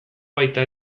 baita